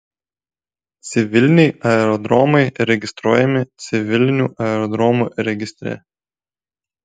civiliniai aerodromai registruojami civilinių aerodromų registre